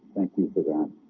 thank you for that.